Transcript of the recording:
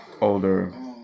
older